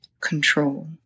control